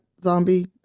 zombie